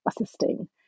assisting